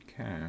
Okay